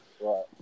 Right